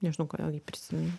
nežinau kodėl jį prisiminiau